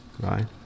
right